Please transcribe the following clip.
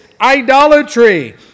idolatry